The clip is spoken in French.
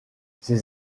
ses